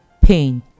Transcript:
pain